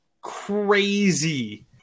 crazy